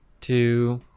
two